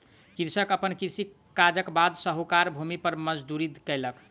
कृषक अपन कृषि काजक बाद साहूकारक भूमि पर मजदूरी केलक